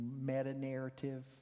meta-narrative